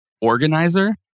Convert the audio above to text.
organizer